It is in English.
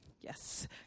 yes